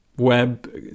web